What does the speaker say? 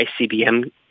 ICBM